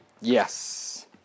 Yes